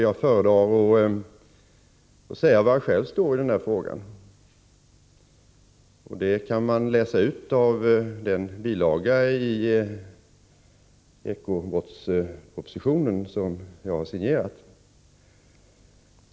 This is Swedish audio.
Jag föredrar att säga var jag själv står i den frågan; det kan man läsa ut av den bilaga till eko-brottspropositionen som jag har signerat.